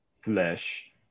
flesh